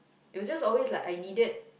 it was just always like I needed